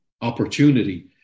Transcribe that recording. opportunity